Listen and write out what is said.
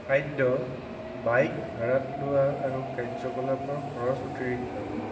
খাদ্য বাইক ভাড়াত লোৱা আৰু কাৰ্য্যকলাপৰ খৰচ অতিৰিক্ত